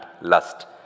lust